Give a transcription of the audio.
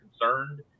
concerned